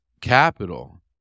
capital